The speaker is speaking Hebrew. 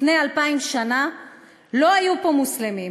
לפני אלפיים שנה לא היו פה מוסלמים,